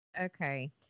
Okay